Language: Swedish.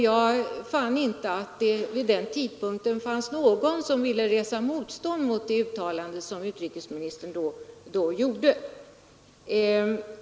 Jag kunde inte finna att det vid den tidpunkten fanns någon som ville resa motstånd mot det uttalande som utrikesministern då gjorde.